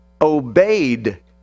obeyed